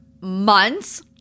months